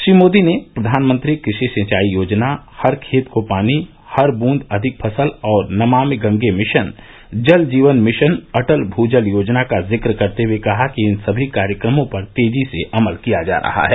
श्री मोदी ने प्रधानमंत्री कृषि सिंचाई योजना हर खेत को पानी हर ब्रंद अधिक फसल और नमामि गंगे मिशन जल जीवन मिशन अटल भू जल योजना का जिक्र करते हुए कहा कि इन सभी कार्यक्रमों पर तेजी से अमल किया जा रहा है